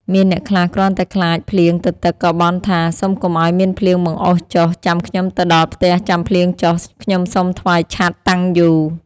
មានអ្នកខ្លះគ្រាន់តែខ្លាចភ្លៀងទទឹក ក៏បន់ថា ៖ សុំកុំឲ្យមានភ្លៀងបង្អុរចុះ ចាំខ្ញុំទៅដល់ផ្ទះចាំភ្លៀងចុះ ខ្ញុំសុំថ្វាយឆត្រ តាំងយូ។